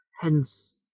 Hence